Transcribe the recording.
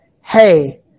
Hey